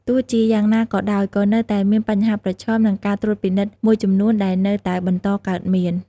ទោះជាយ៉ាងណាក៏ដោយ ក៏នៅតែមានបញ្ហាប្រឈម និងការត្រួតពិនិត្យមួយចំនួនដែលនៅតែបន្តកើតមាន។